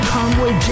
Conway